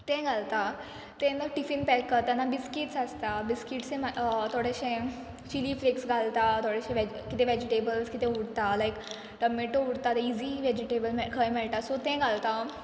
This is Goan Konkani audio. तें घालता तेन्ना टिफीन पॅक करताना बिस्किट्स आसता बिस्किट्सय मा थोडेशे चिली फ्लेक्स घालता थोडेशे वॅज कितें वॅजिटेबल्स कितें उरता लायक टोमॅटो उरता ते इजी वॅजिटेबल मे खंय मेळटा सो तें घालता हांव